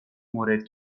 مورد